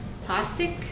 plastic